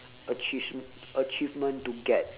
achieve achievement to get